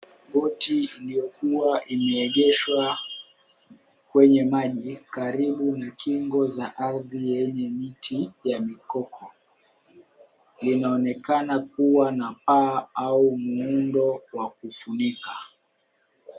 Boti iliyokuwa imeegeshwa kwenye maji karibu na kingo za ardhi yenye miti ya mikoko. Linaonekana kuwa na paa au muundo wa kufunika.